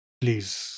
please